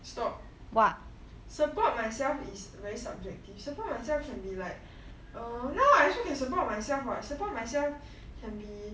stop support myself is very subjective support myself can be like err now I also can support myself what support myself can be